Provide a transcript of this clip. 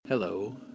Hello